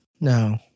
No